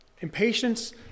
Impatience